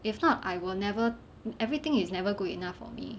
if not I will never everything is never good enough for me